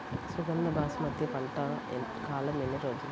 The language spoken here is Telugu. సుగంధ బాసుమతి పంట కాలం ఎన్ని రోజులు?